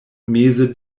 meze